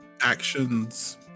actions